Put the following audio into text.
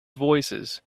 voicesand